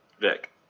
Vic